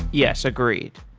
yes, agreed.